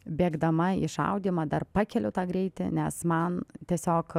bėgdama į šaudymą dar pakeliu tą greitį nes man tiesiog